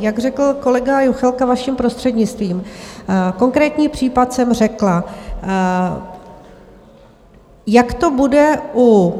Jak řekl kolega Juchelka, vaším prostřednictvím, konkrétní případ jsem řekla, jak to bude u